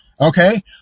Okay